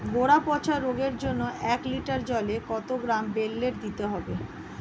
গোড়া পচা রোগের জন্য এক লিটার জলে কত গ্রাম বেল্লের দিতে হবে?